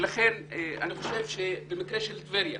לכן אני חושב שבמקרה של טבריה